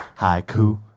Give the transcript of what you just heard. Haiku